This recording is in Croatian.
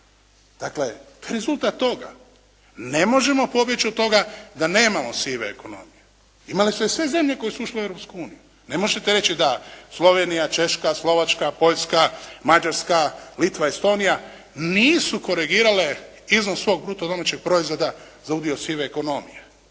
Dakle rezultat toga. Ne možemo pobjeći od toga da nemamo sive ekonomije. Imale su je sve zemlje koje su ušle u Europsku uniju. Ne možete reći da Slovenija, Češka, Slovačka, Poljska, Mađarska, Litva, Estonija nisu korigirale iznos svog bruto domaćeg proizvoda za udio sive ekonomije.